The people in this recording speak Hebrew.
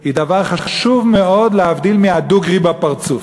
הוא דבר חשוב מאוד, להבדיל מהדוגרי בפרצוף.